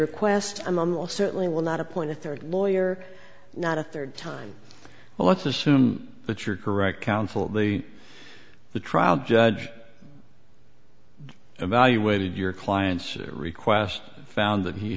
request i'm will certainly will not appoint a third lawyer not a third time well let's assume that you're correct counsel the the trial judge evaluated your client's request found that he